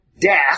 death